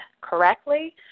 correctly